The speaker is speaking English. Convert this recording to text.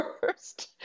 first